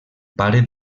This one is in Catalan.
pare